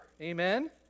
amen